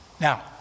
Now